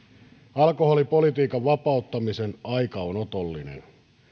alkoholipolitiikan vapauttamisen aika on otollinen